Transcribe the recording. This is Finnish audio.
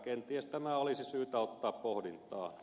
kenties tämä olisi syytä ottaa pohdintaa